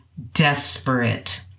Desperate